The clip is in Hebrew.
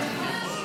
בגלל שהתנגדת.